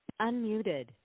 Unmuted